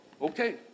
Okay